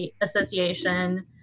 association